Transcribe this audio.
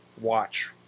watch